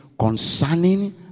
Concerning